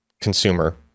consumer